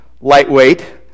lightweight